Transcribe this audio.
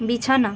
বিছানা